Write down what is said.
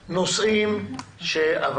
וזה חלק מהנכסים שיש לנו